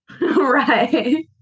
right